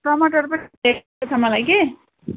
टमाटर पनि मलाई कि